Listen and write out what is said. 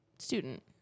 student